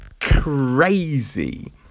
Crazy